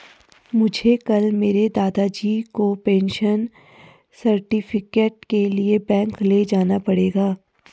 मुझे कल मेरे दादाजी को पेंशन सर्टिफिकेट के लिए बैंक ले जाना पड़ेगा